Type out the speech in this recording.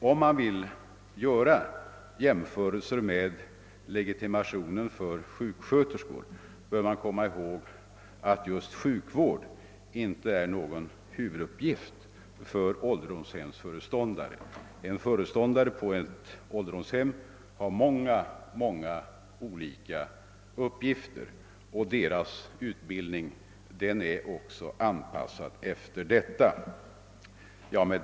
Vill man göra jämförelser med legitimationen för sjuksköterskor bör man komma ihåg att just sjukvård inte är någon huvuduppgift för ålderdomshemsföreståndare. En föreståndare på ett ålderdomshem har många olika uppgifter, och vederbörandes utbildning är anpassad efter detta. Herr talman!